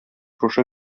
шушы